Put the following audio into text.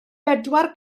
bedwar